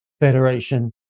Federation